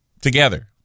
together